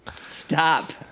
Stop